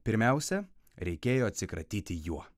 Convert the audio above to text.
pirmiausia reikėjo atsikratyti juo